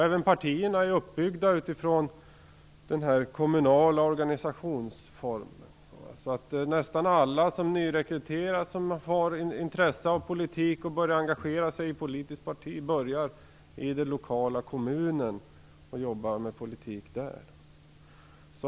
Även partierna är uppbyggda utifrån denna kommunala organisationsform. Nästan alla som nyrekryteras - de som har intresse av politik och börjar engagera sig i ett politiskt parti - börjar i den lokala kommunen, och jobbar med politik där.